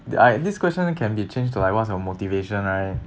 ya I this question can be changed to like what's your motivation right